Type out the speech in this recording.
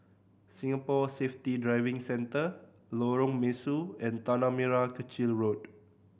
Singapore Safety Driving Centre Lorong Mesu and Tanah Merah Kechil Road